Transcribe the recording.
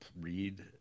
read